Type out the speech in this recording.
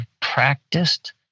practiced